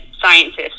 scientists